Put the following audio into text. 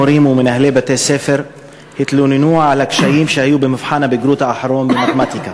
מורים ומנהלי בתי-ספר התלוננו על קשיים במבחן הבגרות האחרון במתמטיקה.